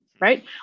Right